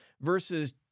versus